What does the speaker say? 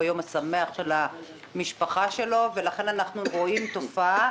ביום השמח של המשפחה שלו ולכן אנחנו רואים תופעה